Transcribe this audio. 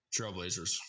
Trailblazers